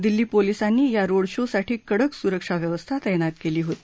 दिल्ली पोलिसांनी या रोड शोसाठी कडक सुरक्षा व्यवस्था तैनात केली होती